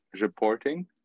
reporting